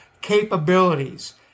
capabilities